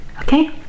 Okay